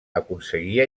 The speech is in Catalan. aconseguir